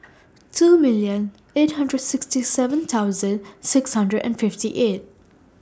two million eight hundred sixty seven thousand six hundred and fifty eight